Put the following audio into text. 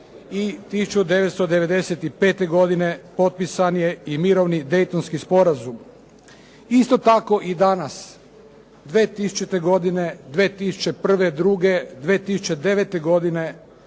1995 godine potpisan je i mirovni Daytonski sporazum. Isto tako i danas 2000. godine, 2001., 2002., 2009. godine